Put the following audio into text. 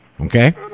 okay